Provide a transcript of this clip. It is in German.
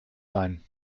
sein